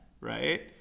right